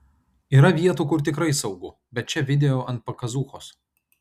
yra vietų kur tikrai saugu bet čia video ant pakazuchos